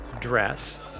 dress